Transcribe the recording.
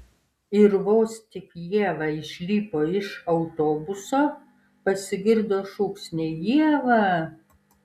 ir vos tik ieva išlipo iš autobuso pasigirdo šūksniai ieva